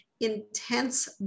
intense